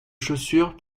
chaussures